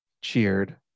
cheered